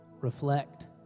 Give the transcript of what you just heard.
reflect